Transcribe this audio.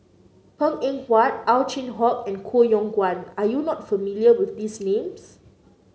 Png Eng Huat Ow Chin Hock and Koh Yong Guan are you not familiar with these names